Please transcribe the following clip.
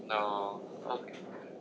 no okay